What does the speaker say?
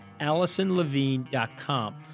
allisonlevine.com